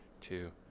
two